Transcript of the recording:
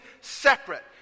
separate